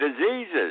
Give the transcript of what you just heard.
diseases